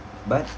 but